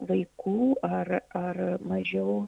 vaikų ar ar mažiau